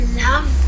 love